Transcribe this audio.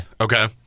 okay